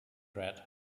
red